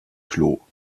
klo